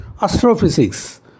astrophysics